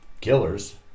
killers